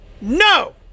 No